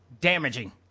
damaging